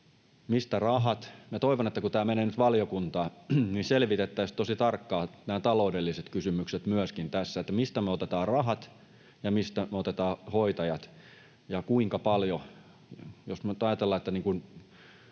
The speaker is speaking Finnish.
toivon, että kun tämä menee nyt valiokuntaan, niin selvitettäisiin tosi tarkkaan myöskin nämä taloudelliset kysymykset tässä. Mistä me otetaan rahat ja mistä me otetaan hoitajat, ja kuinka paljon?